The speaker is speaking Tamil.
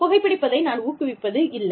புகைப்பிடிப்பதை நான் ஊக்குவிப்பதில்லை